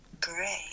great